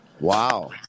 Wow